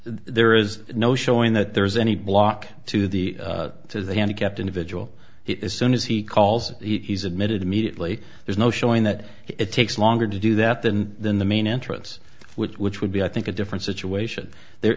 there is no showing that there's any block to the to the handicapped individual it is soon as he calls he's admitted immediately there's no showing that it takes longer to do that than than the main entrance which which would be i think a different situation the